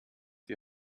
die